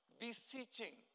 beseeching